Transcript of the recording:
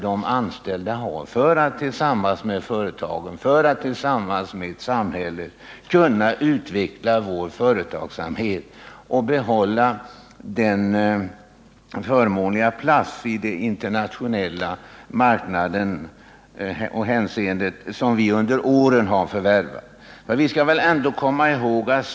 De vill ha medbestämmande, vara med och forma utvecklingen och dela med sig av den kunskap och erfarenhet de har för att vi skall kunna behålla den förmånliga plats som vi under åren har förvärvat på den internationella marknaden.